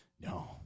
No